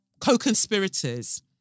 co-conspirators